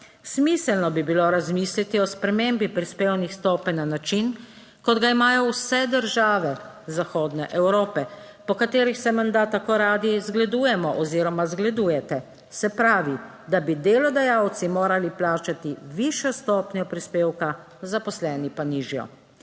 Smiselno bi bilo razmisliti o spremembi prispevnih stopenj na način, kot ga imajo vse države zahodne Evrope, po katerih se menda tako radi zgledujemo oziroma zgledujete. Se pravi, da bi delodajalci morali plačati višjo stopnjo prispevka, zaposleni pa nižjo.